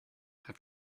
have